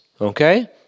okay